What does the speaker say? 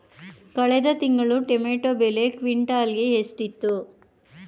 ಕಳೆದ ತಿಂಗಳು ಟೊಮ್ಯಾಟೋ ಬೆಲೆ ಕ್ವಿಂಟಾಲ್ ಗೆ ಎಷ್ಟಿತ್ತು?